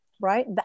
right